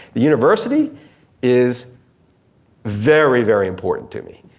the university is very very important to me.